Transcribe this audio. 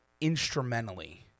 instrumentally